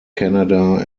canada